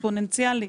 אקספוננציאלי